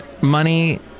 money